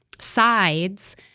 sides